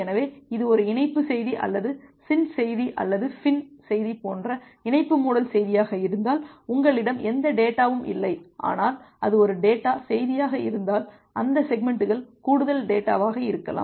எனவே இது ஒரு இணைப்பு செய்தி அல்லது SYN செய்தி அல்லது FIN செய்தி போன்ற இணைப்பு மூடல் செய்தியாக இருந்தால் உங்களிடம் எந்த டேட்டாவும் இல்லை ஆனால் அது ஒரு டேட்டாச் செய்தியாக இருந்தால் அந்த செக்மெண்ட்டுடன் கூடுதல் டேட்டா இருக்கலாம்